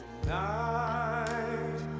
Tonight